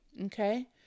okay